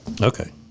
Okay